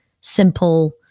simple